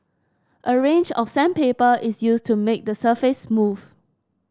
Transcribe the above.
a range of sandpaper is used to make the surface smooth